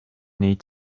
need